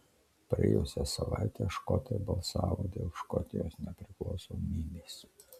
praėjusią savaitę škotai balsavo dėl škotijos nepriklausomybės